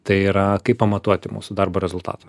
tai yra kaip pamatuoti mūsų darbo rezultatą